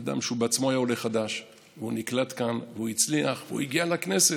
אדם שהוא בעצמו היה עולה חדש והוא נקלט כאן והוא הצליח והגיע לכנסת,